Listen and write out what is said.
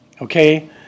okay